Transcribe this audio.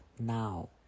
now